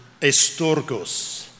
estorgos